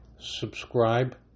subscribe